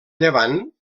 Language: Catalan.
llevant